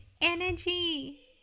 energy